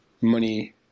money